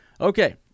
Okay